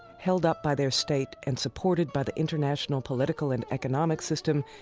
held up by their state and supported by the international political and economic system,